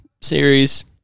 series